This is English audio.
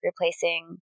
replacing